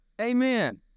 Amen